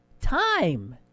time